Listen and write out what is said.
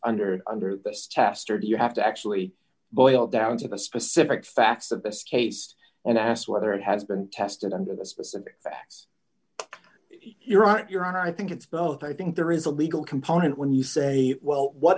under under this test or do you have to actually boil down to the specific facts of this case when asked whether it has been tested under the specific facts you're right your honor i think it's both i think there is a legal component when you say well what